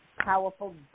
powerful